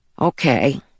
Okay